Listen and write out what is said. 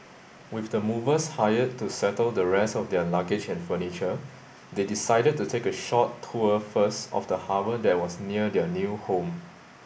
with the movers hired to settle the rest of their luggage and furniture they decided to take a short tour first of the harbour that was near their new home